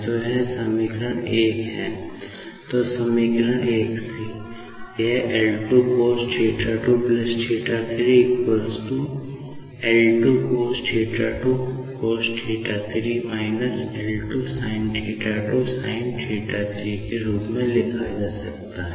तो यह समीकरण L2 cosθ 2 cosθ 3 − L2 sinθ 2 sinθ3 के रूप में लिखा जा सकता है